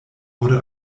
wurde